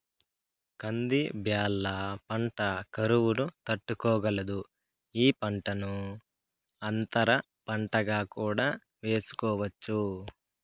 కంది బ్యాళ్ళ పంట కరువును తట్టుకోగలదు, ఈ పంటను అంతర పంటగా కూడా వేసుకోవచ్చు